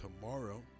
tomorrow